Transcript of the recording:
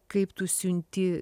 kaip tu siunti